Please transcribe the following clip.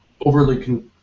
overly